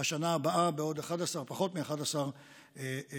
בשנה הבאה, בעוד פחות מ-11 חודשים.